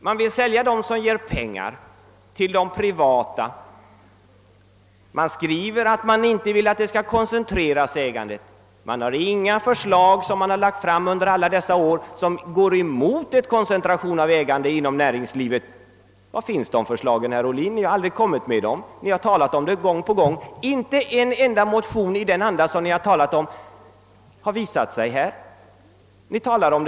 Man vill alltså till privata sälja de företag som ger pengar. Man skriver att man inte vill att ägandet skall koncentreras. Men under alla dessa år har det inte lagts fram något förslag som går emot en koncentration av ägandet inom näringslivet. Var finns de förslagen, herr Ohlin? Ni har talat om det gång på gång, men det har inte lagts fram en enda motion i den andan.